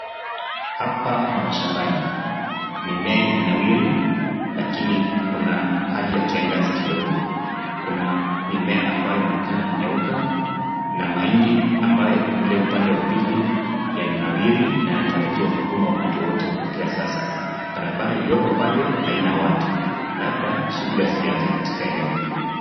Hapa ni mashambani. Mimea imenawiri lakini kuna hali ya kiangazi kidogo. Kuna mimea ambayo inaonekana kunyauka na mahindi ambayo yako upande wa pili yamenawiri na yanatarajiwa kuvunwa wakati wowwote kutokea sasa. Barabara iliyoko pale haina watu labda shughuli hazijaanza katika eneo hilo.